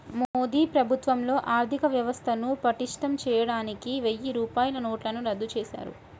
మోదీ ప్రభుత్వంలో ఆర్ధికవ్యవస్థను పటిష్టం చేయడానికి వెయ్యి రూపాయల నోట్లను రద్దు చేశారు